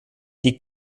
die